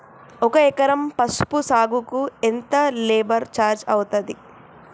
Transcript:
ఒక ఎకరం పసుపు సాగుకు ఎంత లేబర్ ఛార్జ్ అయితది?